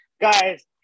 guys